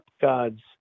God's